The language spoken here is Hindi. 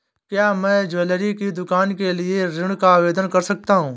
क्या मैं ज्वैलरी की दुकान के लिए ऋण का आवेदन कर सकता हूँ?